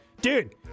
Dude